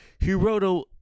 Hiroto